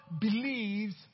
believes